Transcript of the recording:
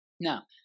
Now